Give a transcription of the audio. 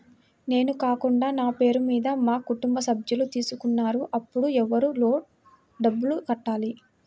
నేను కాకుండా నా పేరు మీద మా కుటుంబ సభ్యులు తీసుకున్నారు అప్పుడు ఎవరు లోన్ డబ్బులు కట్టాలి?